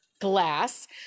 glass